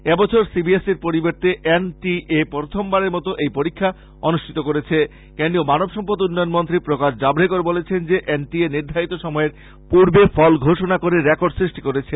এবছর C B S ইর পরিবর্ত্তে এন টি এ প্রথমবারের মতো এই পরীক্ষা অনুষ্ঠিত করেছে কেন্দ্রীয় মানব সম্পদ উন্নয়ন মন্ত্রী প্রকাশ জাভরেকর বলেছেন যে এন টি এ নির্ধারিত সময়ের পূর্বে ফল ঘোষণা করে রেকর্ড সৃষ্টি করেছে